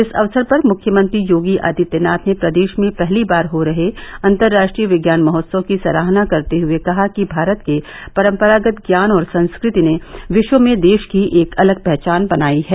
इस अवसर पर मुख्यमंत्री योगी आदित्यनाथ ने प्रदेश में पहली बार हो रहे अतर्रा ट्रीय विज्ञान महोत्सव की सराहना करते हुए कहा कि भारत के परम्परागत ज्ञान और संस्कृति ने विश्व में देश की एक अलग पहचान बनाई है